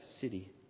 city